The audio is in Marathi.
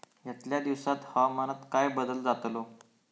यतल्या दिवसात हवामानात काय बदल जातलो?